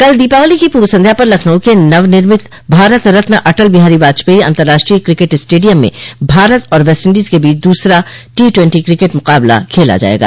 कल दीपावली की पूर्व संध्या पर लखनऊ के नव निर्मित भारत रत्न अटल बिहारी वाजपेई अतंर्राष्ट्रीय क्रिकेट स्टेडियम में भारत और वेस्टइंडीज के बीच दूसरा टी ट्वेन्टी क्रिकेट मुकाबला खेला जायेगा